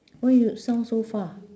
why you sound so far